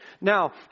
Now